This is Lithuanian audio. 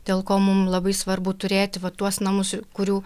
dėl ko mum labai svarbu turėti va tuos namus kurių